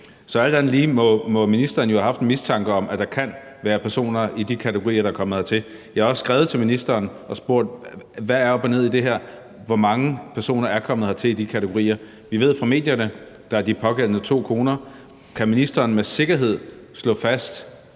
Så alt andet lige må ministeren jo have haft en mistanke om, at der kan være personer i de kategorier, der er kommet hertil. Jeg har også skrevet til ministeren og spurgt, hvad der er op og ned i det her. Hvor mange personer er kommet hertil i de kategorier? Vi ved fra medierne, at der er de pågældende to koner. Kan ministeren med sikkerhed slå fast,